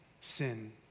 sin